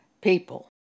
people